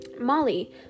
Molly